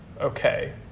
okay